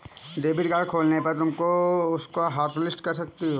debit card खोने पर तुम उसको हॉटलिस्ट कर सकती हो